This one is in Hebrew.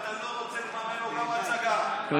אם אתה לא רוצה לממן לו גם הצגה, בוא